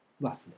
Roughly